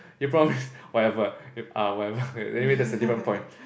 they promise whatever uh whatever anyway that's a different point